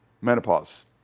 Menopause